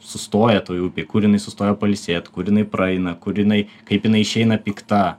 sustoja toj upėj kur jinai sustoja pailsėt kur jinai praeina kur jinai kaip jinai išeina pikta